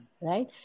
right